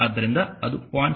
ಆದ್ದರಿಂದ ಅದು 0